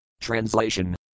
Translation